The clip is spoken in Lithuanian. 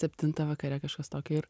septintą vakare kažkas tokio ir